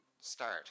start